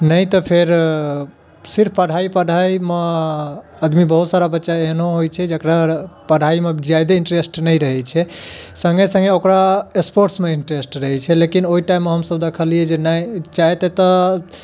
नहि तऽ फेर सिर्फ पढ़ाइ पढ़ाइमे आदमी बहुत सारा बच्चा एहनो होइ छै जेकरा पढ़ाइ मे जादे इंट्रेस्ट नहि रहै छै संगे संगे ओकरा स्पोर्ट्समे इंट्रेस्ट रहै छै लेकिन ओहि टाइममे हमसब देखलियै जे नहि चाहैत तऽ